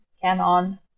Canon